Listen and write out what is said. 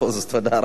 תודה רבה.